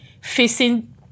facing